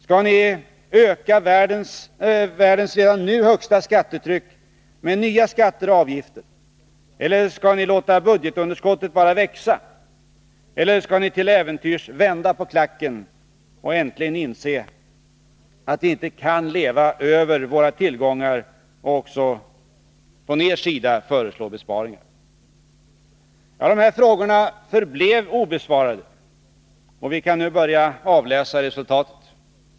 Skall ni öka världens redan nu högsta skattetryck med nya skatter och avgifter, eller skall ni låta budgetunderskottet bara växa, eller skall ni till äventyrs vända på klacken och äntligen inse att vi inte kan leva över våra tillgångar och också från er sida föreslå besparingar? De här frågorna förblev obesvarade. Vi kan nu börja avläsa resultatet.